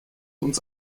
uns